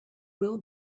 will